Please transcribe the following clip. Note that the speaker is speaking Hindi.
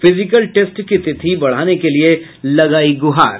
फिजिकल टेस्ट की तिथि बढ़ाने के लिये लगायी गुहार